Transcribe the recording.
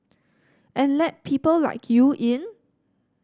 and let people like you in